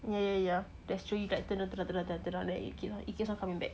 ya ya ya that's true you like tendang tendang tendang then it keeps on coming back